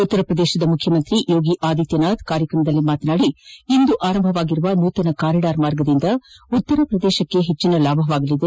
ಉತ್ತರ ಪ್ರದೇಶದ ಮುಖ್ಯಮಂತ್ರಿ ಯೋಗಿ ಅದಿತ್ಯನಾಥ್ ಕಾರ್ಯಕ್ರಮದಲ್ಲಿ ಮಾತನಾದಿ ಇಂದು ಆರಂಭವಾಗಿರುವ ನೂತನ ಕಾರಿಡಾರ್ ಮಾರ್ಗದಿಂದ ಉತ್ತರ ಪ್ರದೇಶಕ್ಕೂ ಹೆಚ್ಚಿನ ಲಾಭವಾಗಲಿದೆ